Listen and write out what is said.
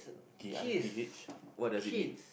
K I T H what does it mean